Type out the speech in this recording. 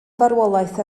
farwolaeth